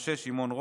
משה שמעון רוט,